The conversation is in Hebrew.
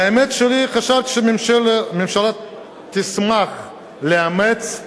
האמת שאני חשבתי שהממשלה תשמח לאמץ,